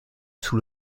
sous